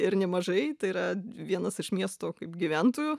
ir nemažai tai yra vienas iš miesto kaip gyventojų